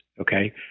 okay